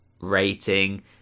rating